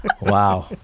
Wow